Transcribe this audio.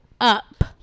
up